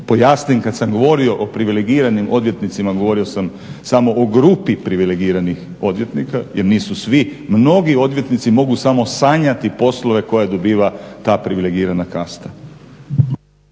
pojasnim kad sam govorio i privilegiranim odvjetnicima, govorio sam samo o grupi privilegiranih odvjetnika jer nisu svi, mnogi odvjetnici mogu samo sanjati poslove koje dobiva ta privilegirana kasta.